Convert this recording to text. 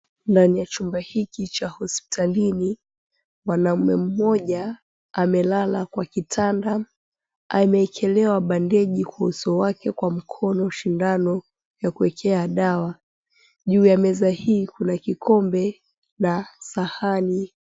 Ndani ya chumba hiki cha hospitalini mwanaume mmoja amelala kwa kitanda ameekelewa bandeji kwa uso wake kwa mkono sindano ya kuwekea dawa. Juu ya meza hii kuna kikombe na sahani.